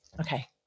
Okay